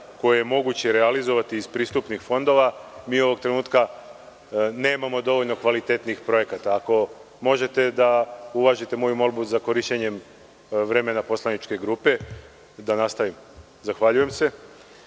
koje je moguće realizovati iz pristupnih fondova. Ovog trenutka nemamo dovoljno kvalitetnih projekata. Ako možete da uvažite moju molbu za korišćenje vremena poslaničke grupe. Da nastavim. Nemamo